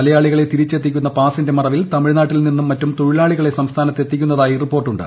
മലയാളികളെ തിരിച്ചെത്തിക്കുന്ന പാസിന്റെ മറ്റവിൽ തമിഴ്നാട്ടിൽ നിന്നും മറ്റും തൊഴിലാളികളെ സംസ്ഥാനത്ത് ് എത്തിക്കുന്നതായി റിപ്പോർട്ടുണ്ട്